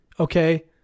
Okay